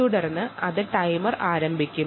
തുടർന്ന് അത് ടൈമർ ആരംഭിക്കുന്നു